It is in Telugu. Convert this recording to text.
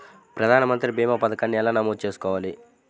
ప్రధాన మంత్రి భీమా పతకాన్ని ఎలా నమోదు చేసుకోవాలి?